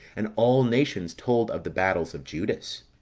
and all nations told of the battles of judas.